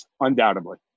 Undoubtedly